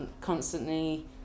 constantly